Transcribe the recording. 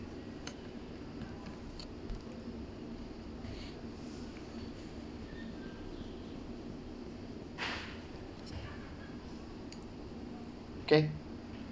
okay